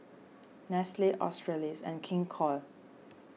Nestle Australis and King Koil